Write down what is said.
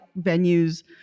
venues